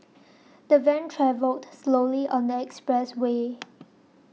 the van travelled slowly on the expressway